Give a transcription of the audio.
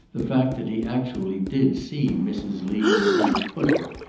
the fact that he actually did see mrs. lee where he has put her,